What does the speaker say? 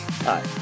Hi